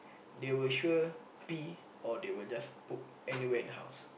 they will sure pee or they will just poo anywhere in the house